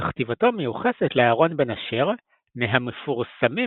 וכתיבתו מיוחסת לאהרון בן אשר, מהמפורסמים